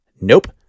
Nope